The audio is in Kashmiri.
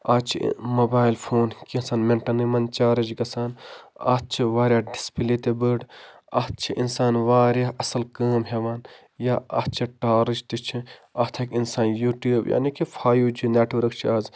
اتھ چھِ یہِ موبایِل فون کینٛژھَن مِنٛٹَنٕے منٛز چارٕج گژھان اتھ چھِ واریاہ ڈِسپٕلے تہِ بٕڈ اتھ چھِ اِنسان واریاہ اَصٕل کٲم ہٮ۪وان یا اتھ چھِ ٹارٕچ تہِ چھِ اتھ ہٮ۪کہِ اِنسان یوٗٹوٗب یعنی کہِ فایِو جی نٮ۪ٹورک چھِ از